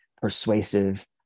persuasive